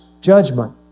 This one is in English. judgment